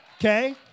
Okay